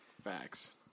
Facts